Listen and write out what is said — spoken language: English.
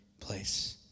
place